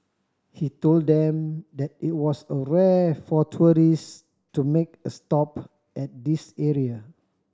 he told them that it was a rare for tourist to make a stop at this area